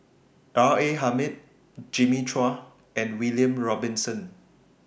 R A Hamid Jimmy Chua and William Robinson